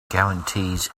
guarantees